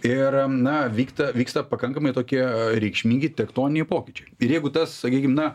ir na vykta vyksta pakankamai tokie reikšmingi tektoniniai pokyčiai ir jeigu tas sakykim na